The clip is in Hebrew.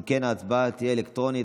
אם כן, ההצבעה תהיה אלקטרונית.